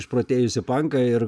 išprotėjusį panką ir